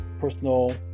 personal